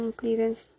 clearance